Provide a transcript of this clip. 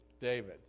David